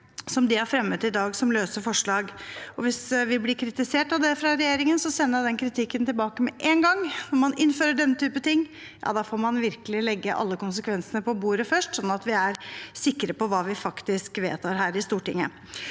har fremmet i dag. Hvis vi blir kritisert for det av regjeringen, sender jeg den kritikken tilbake med én gang: Når man innfører den typen ting, får man virkelig legge alle konsekvensene på bordet først, slik at vi er sikre på hva vi faktisk vedtar her i Stortinget.